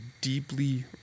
deeply